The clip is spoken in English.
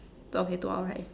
to okay to our right